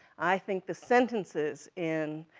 i think the sentences in,